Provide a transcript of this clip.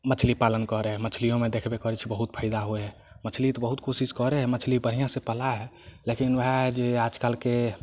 मछली पालन करऽ हइ मछलियोमे देखबे करै छी बहुत फैदा होइ हइ मछली तऽ बहुत कोशिश करै हइ मछली बढ़िऑं से पलाइ हइ लेकिन ओएह हइ जे आजकालके